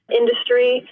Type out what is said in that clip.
industry